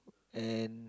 and